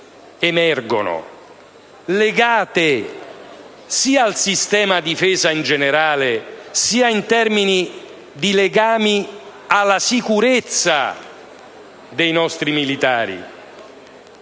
emergono, legate sia al sistema difesa in generale sia alla sicurezza dei nostri militari.